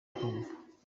bakumva